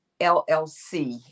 LLC